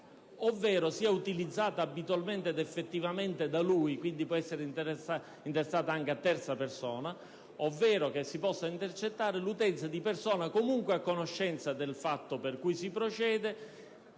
ovvero sia utilizzata abitualmente ed effettivamente da lui (quindi, può essere intestata anche a terza persona), ovvero che si possa intercettare l'utenza di persona comunque a conoscenza dei fatti per cui si procede,